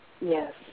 Yes